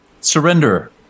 surrender